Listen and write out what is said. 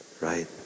right